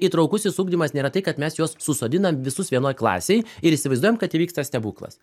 įtraukusis ugdymas nėra tai kad mes juos susodinam visus vienoj klasėj ir įsivaizduojam kad įvyksta stebuklas